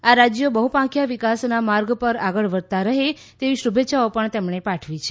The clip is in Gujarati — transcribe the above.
આ રાજ્યો બહ્પાંખિયા વિકાસના માર્ગ પર આગળ વધતા રહે તેવી શુભેચ્છાઓ તેમણે પાઠવી છે